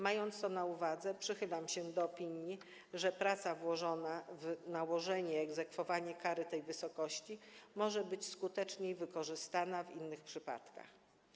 Mając to na uwadze, przychylam się do opinii, że praca włożona w nałożenie i egzekwowanie kary w tej wysokości może być skuteczniej wykorzystana w innych przypadkach.